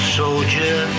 soldier